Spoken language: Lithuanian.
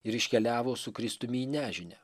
ir iškeliavo su kristumi į nežinią